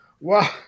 Wow